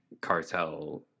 cartel